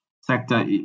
sector